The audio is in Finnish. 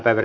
asia